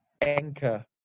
anchor